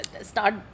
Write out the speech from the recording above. start